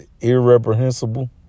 irreprehensible